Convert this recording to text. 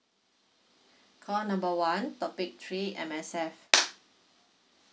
call number one topic three M_S_F